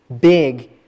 big